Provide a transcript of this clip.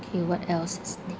K what else is this